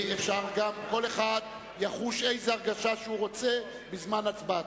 כל אחד יחוש איזו הרגשה שהוא רוצה בזמן הצבעתו.